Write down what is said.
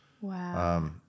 Wow